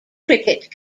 cricket